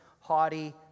haughty